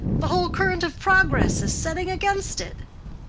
the whole current of progress is setting against it.